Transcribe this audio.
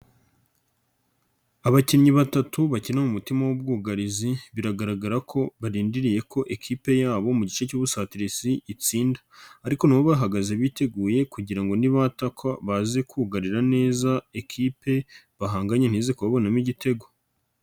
Abakinnyi batatu bakina mu mutima w'ubwugarizi biragaragara ko barindiriye ko ikipe yabo mu gice cy'ubusatiric itsinda, ariko nabo bahagaze biteguye kugira nibat bazakwa baze kugarira neza ikipe bahanganye ntize kubabonamo igitego.